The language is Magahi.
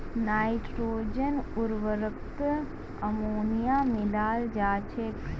नाइट्रोजन उर्वरकत अमोनिया मिलाल जा छेक